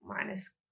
minus